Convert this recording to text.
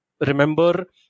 remember